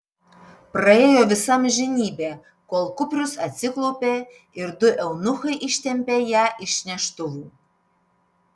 praėjo visa amžinybė kol kuprius atsiklaupė ir du eunuchai ištempė ją iš neštuvų